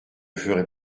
ferais